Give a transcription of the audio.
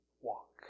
Walk